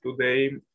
today